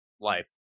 life